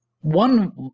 one